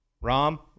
Rom